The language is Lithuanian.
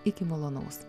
iki malonaus